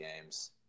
games